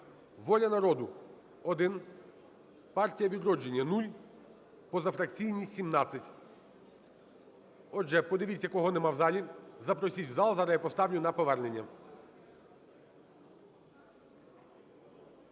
"Воля народу" – 1, "Партія "Відродження" – 0, позафракційні – 17. Отже, подивіться, кого нема в залі, запросіть в зал, зараз я поставлю на повернення.